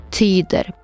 tyder